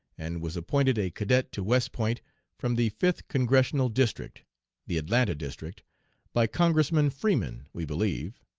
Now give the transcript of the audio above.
and was appointed a cadet to west point from the fifth congressional district the atlanta district by congressman freeman, we believe.